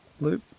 loop